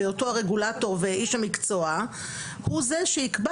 אותו הרגולטור ואיש המקצוע הוא זה שיקבע